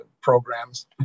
programs